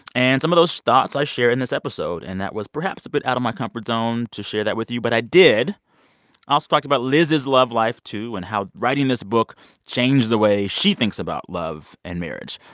and some of those thoughts i share in this episode. and that was perhaps a bit out of my comfort zone to share that with you, but i did i also talked about liz's love life, too, and how writing this book changed the way she thinks about love and marriage.